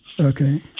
Okay